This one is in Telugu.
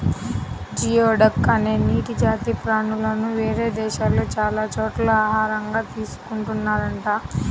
జియోడక్ అనే నీటి జాతి ప్రాణులను వేరే దేశాల్లో చాలా చోట్ల ఆహారంగా తీసుకున్తున్నారంట